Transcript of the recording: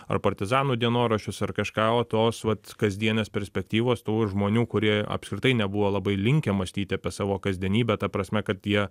ar partizanų dienoraščius ar kažką o tos vat kasdienės perspektyvos tų žmonių kurie apskritai nebuvo labai linkę mąstyti apie savo kasdienybę ta prasme kad jie